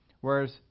Whereas